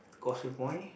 Causeway Point